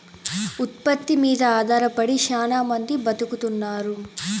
ఉత్పత్తి మీద ఆధారపడి శ్యానా మంది బతుకుతున్నారు